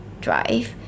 drive